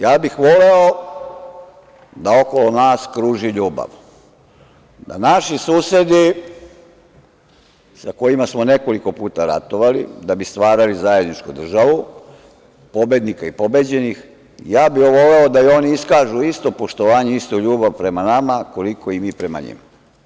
Ja bih voleo da okolo nas kruži ljubav, da naši susedi, sa kojima smo nekoliko puta ratovali, da bi stvarali zajedničku državu, pobednika i pobeđenih, ja bih voleo da i oni iskažu isto poštovanje, istu ljubav prema nama, koliko i mi prema njima.